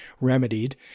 remedied